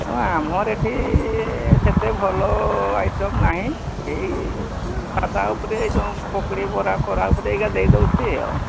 ତେଣୁ ଆମର ଏଠି ସେତେ ଭଲ ଆଇଟମ୍ ନାହିଁ ଏଇ ସାଧା ଉପରେ ଯେଉଁ ପକୁଡ଼ି ବରାଫରା ପୁରି ହେରିକା ଦେଇଦେଉଛି ଆଉ